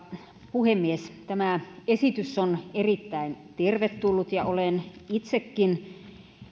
puhemies tämä esitys on erittäin tervetullut ja olen itsekin